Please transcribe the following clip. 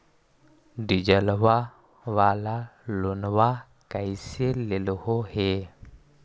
डीजलवा वाला लोनवा कैसे लेलहो हे?